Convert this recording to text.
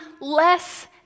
less